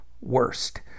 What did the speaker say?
worst